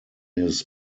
his